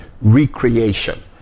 recreation